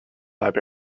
lab